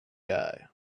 guy